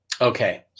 Okay